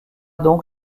donc